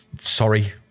Sorry